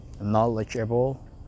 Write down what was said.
knowledgeable